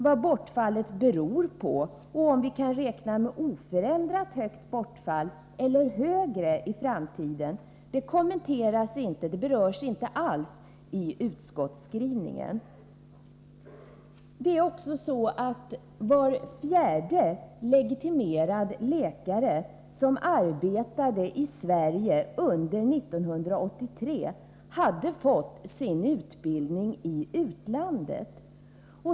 Vad bortfallet beror på, och om vi kan räkna med oförändrat högt bortfall eller högre i framtiden, berörs inte alls i utskottsskrivningen. Det förhåller sig också så att var fjärde legitimerad läkare, som arbetade i Sverige under 1983, hade fått sin utbildning i utlandet.